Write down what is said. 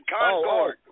Concord